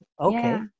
Okay